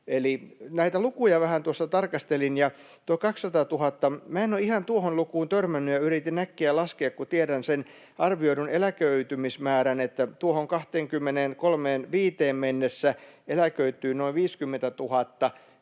Näitä lukuja vähän tuossa tarkastelin, ja tuo 200 000... Minä en ole ihan tuohon lukuun törmännyt, ja yritin äkkiä laskea, että kun tiedän sen arvioidun eläköitymismäärän, että tuohon 2035:een mennessä eläköityy noin 50 000,